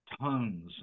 Tons